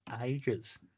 ages